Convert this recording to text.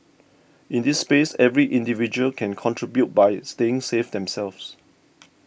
in this space every individual can contribute by staying safe themselves